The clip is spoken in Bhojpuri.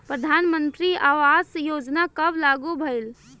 प्रधानमंत्री आवास योजना कब लागू भइल?